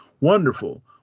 wonderful